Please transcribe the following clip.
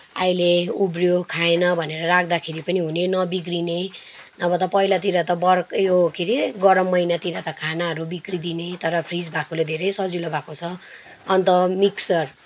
अहिले उब्रियो खाएन भनेर राख्दाखेरि पनि हुने नबिग्रिने नभए त पहिलातिर त बर्खा उयो के अरे गरम महिनातिर त खानाहरू बिग्रिदिने तर फ्रिज भएकोले धेरै सजिलो भएको छ अन्त मिक्सर